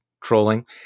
trolling